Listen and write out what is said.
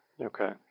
Okay